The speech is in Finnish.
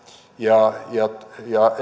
ja